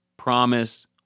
promise